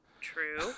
true